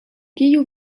kiu